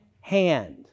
hand